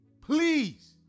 Please